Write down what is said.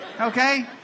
Okay